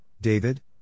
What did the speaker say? David